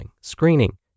screening